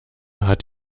hat